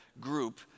group